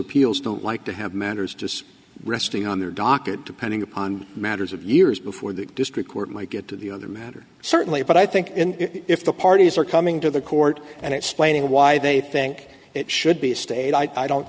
appeals don't like to have matters just resting on their docket depending upon matters of years before that district court might get to the other matter certainly but i think if the parties are coming to the court and explaining why they think it should be a state i don't